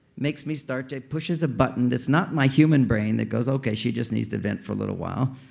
makes me start to, pushes a button that's not in my human brain that goes okay, she just needs to vent for a little while.